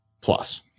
Plus